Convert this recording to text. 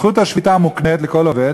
זכות השביתה מוקנית לכל עובד,